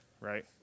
right